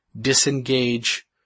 disengage